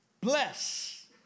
Bless